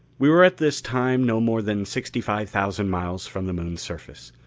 we were at this time no more than sixty-five thousand miles from the moon's surface.